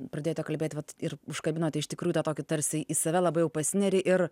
pradėjote kalbėti vat ir užkabinote iš tikrųjų tą tokį tarsi į save labiau pasineri ir